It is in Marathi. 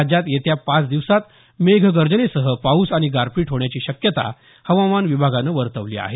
राज्यात येत्या पाच दिवसात मेघगर्जनेसह पाऊस आणि गारपीट होण्याची शक्यता हवामान विभागानं वर्तवली आहे